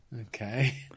Okay